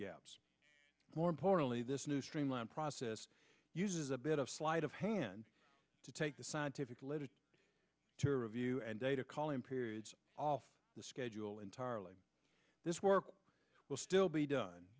gaps more importantly this new streamlined process uses a bit of sleight of hand to take the scientific literature to review and data calling periods off the schedule entirely this work will still be done